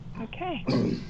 Okay